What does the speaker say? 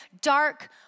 dark